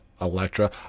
Electra